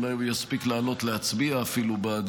אולי הוא אפילו יספיק לעלות להצביע בעדו.